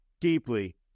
deeply